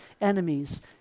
enemies